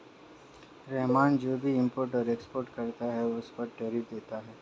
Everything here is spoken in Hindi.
रहमान जो भी इम्पोर्ट और एक्सपोर्ट करता है उस पर टैरिफ देता है